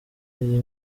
iyi